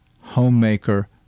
homemaker